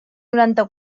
noranta